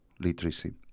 literacy